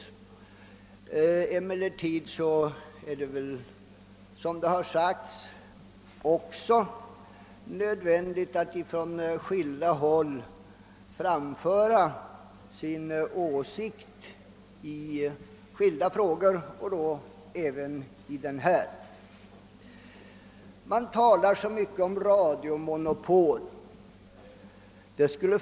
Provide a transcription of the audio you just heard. Det kan emellertid ändå, vilket också har sagts i dag, vara angeläget att man från olika håll framför sina åsikter i skilda frågor både en och flera gånger, och det kan även vara så i detta ärende.